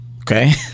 okay